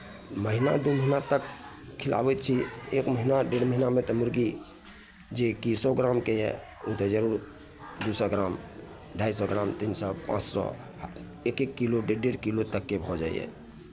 महिना दू महिना तक खिलाबैत छियै एक महिना डेढ़ महिनामे तऽ मुर्गी जेकि सए ग्रामके यए ओ तऽ जरूर दू सए ग्राम अढ़ाइ सए तीन सए पाँच सए एक एक किलो डेढ़ डेढ़ किलो तकके भऽ जाइए